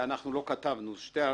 שלא כתבנו יש לי שתי הערות.